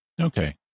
Okay